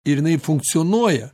ir jinai funkcionuoja